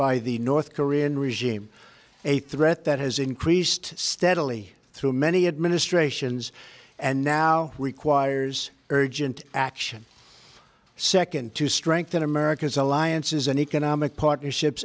by the north korean regime a threat that has increased steadily through many administrations and now requires urgent action nd to strengthen america's alliances and economic partnerships